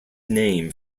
name